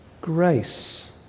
grace